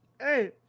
Hey